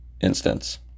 instance